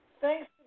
thanks